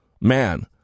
Man